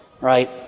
right